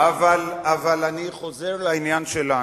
אבל אני חוזר לעניין שלנו: